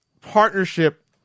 partnership